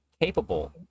capable